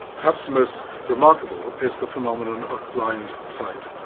perhaps the most remarkable is the phenomenon of blind sight.